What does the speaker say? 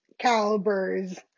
calibers